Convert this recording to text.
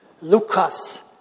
Lucas